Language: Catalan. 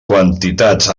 quantitats